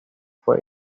fue